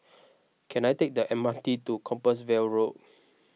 can I take the M R T to Compassvale Road